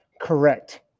Correct